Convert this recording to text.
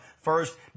First